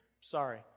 Sorry